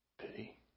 pity